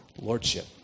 lordship